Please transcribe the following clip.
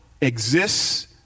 exists